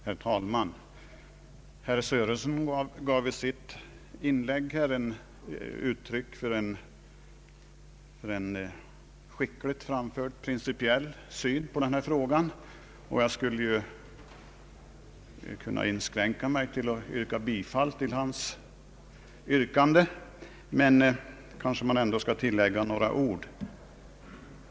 Herr talman! Herr Sörenson gav i sitt inlägg på ett skickligt sätt uttryck för sin principiella syn på denna fråga. Jag skulle kunna inskränka mig till att biträda hans yrkande men vill ändå tillägga några ord.